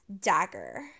Dagger